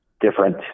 different